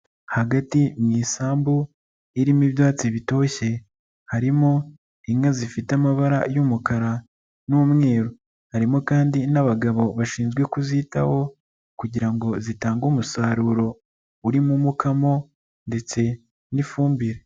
Hagati mu isambu irimo ibyatsi bitoshye harimo inka zifite amabara y'umukara n'umweru harimo kandi n'abagabo bashinzwe kuzitaho kugira ngo zitange umusaruro, urimo umukamo ndetse n'ifumbire.